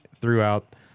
throughout